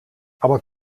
aber